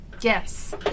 Yes